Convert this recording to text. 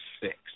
six